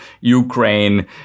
Ukraine